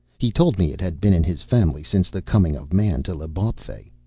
he told me it had been in his family since the coming of man to l'bawpfey.